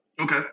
Okay